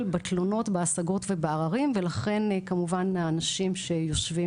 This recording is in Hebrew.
בתלונות בהשגות ובעררים ולכן כמובן האנשים שיושבים